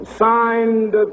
signed